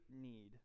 need